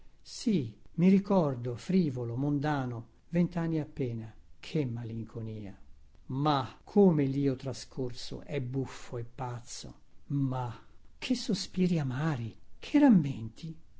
sì mi ricordo frivolo mondano ventanni appena che malinconia mah come lio trascorso è buffo e pazzo mah che sospiri amari